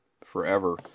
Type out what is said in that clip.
forever